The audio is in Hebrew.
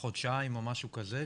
חודשיים או משהו כזה,